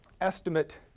estimate